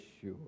sure